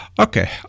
Okay